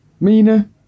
Mina